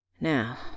Now